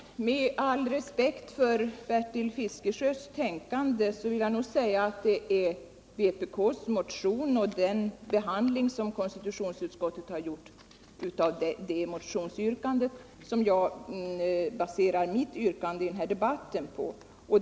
Herr talman! Med all respekt för Bertil Fiskesjös tankegångar vill jag säga att jag baserar mitt yrkande på vpk:s motion och den behandling konstitutionsutskottet givit yrkandet i denna.